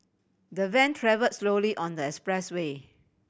the van travel slowly on the expressway